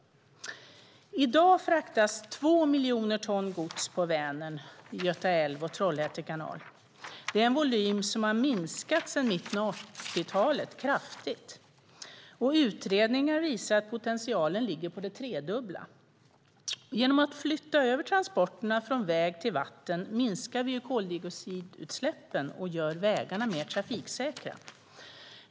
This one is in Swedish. I dag fraktas 2 miljoner ton gods på Vänern, Göta älv och Trollhätte kanal. Det är en volym som har kraftigt minskat sedan mitten av 80-talet. Utredningar visar att potentialen ligger på det tredubbla. Genom att flytta över transporterna från väg till vatten minskar vi koldioxidutsläppen och gör vägarna mer trafiksäkra.